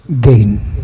gain